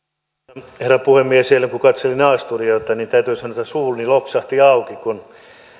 arvoisa herra puhemies eilen kun katselin a studiota niin täytyy sanoa että suuni loksahti auki kun